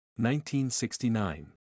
1969